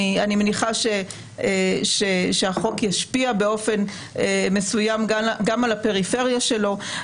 אני מניחה שהחוק ישפיע באופן מסוים גם על הפריפריה שלו.